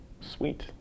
sweet